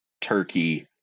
Turkey